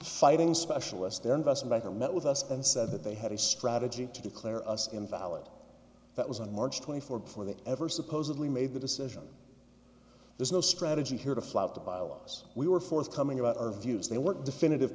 fighting specialist their investment banker met with us and said that they had a strategy to declare us invalid that was on march twenty fourth before they ever supposedly made the decision there's no strategy here to flout the bylaws we were forthcoming about our views they weren't definitive